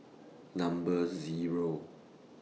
Number Zero